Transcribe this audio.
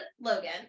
logan